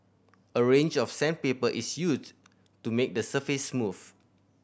a range of sandpaper is used to make the surface smooth